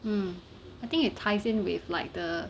mm I think it ties in with like the